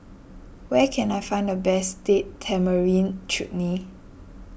where can I find the best Date Tamarind Chutney